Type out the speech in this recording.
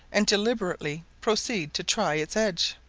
and deliberately proceed to try its edge.